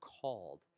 called